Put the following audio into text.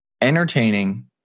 entertaining